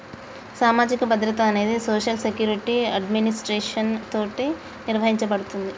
సామాజిక భద్రత అనేది సోషల్ సెక్యురిటి అడ్మినిస్ట్రేషన్ తోటి నిర్వహించబడుతుంది